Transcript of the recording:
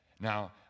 Now